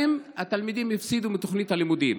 שהתלמידים הפסידו חודשיים מתוכנית הלימודים.